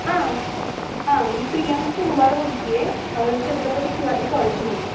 हां हां मी प्रियंका कुंभार बोलत आहे छत्रपती शिवाजी कॉलेजमधून